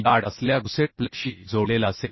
जाड असलेल्या गुसेट प्लेटशी जोडलेला असेल